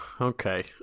Okay